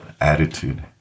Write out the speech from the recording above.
attitude